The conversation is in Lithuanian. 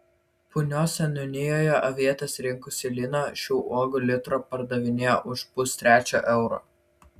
punios seniūnijoje avietes rinkusi lina šių uogų litrą pardavinėjo už pustrečio euro